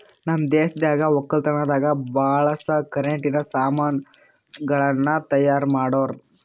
ನಮ್ ದೇಶದಾಗ್ ವಕ್ಕಲತನದಾಗ್ ಬಳಸ ಕರೆಂಟಿನ ಸಾಮಾನ್ ಗಳನ್ನ್ ತೈಯಾರ್ ಮಾಡೋರ್